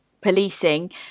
policing